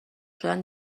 شدن